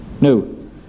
No